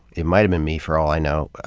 it might have been me for all i know,